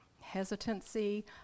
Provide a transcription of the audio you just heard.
hesitancy